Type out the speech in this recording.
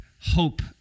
hope